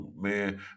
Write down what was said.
man